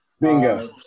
bingo